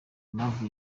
impamvu